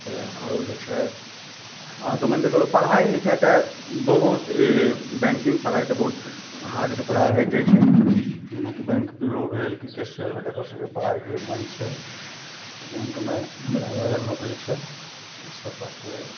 तऽ आओर जे छै अहाँ मानिके चलू पढ़ाइ लिखाइ तऽ बहुत ई बैँकिन्ग पढ़ाइ तऽ बहुत हार्डसे पढ़ाइ होइते छै जेनाकि बैँक पी ओ भेल कि कैशिअर भेल एकर सबके पढ़ाइके मानि छै तऽ बैँकमे रॉयल नोकरी छै ईसब बातके